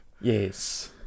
Yes